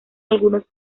algunos